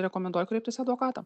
rekomenduoju kreiptis į advokatą